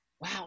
wow